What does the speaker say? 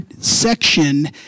section